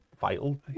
vital